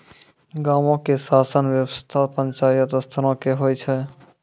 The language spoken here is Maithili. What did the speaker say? गांवो के शासन व्यवस्था पंचायत स्तरो के होय छै